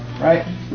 Right